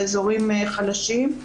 באזורים חלשים.